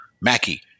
Mackie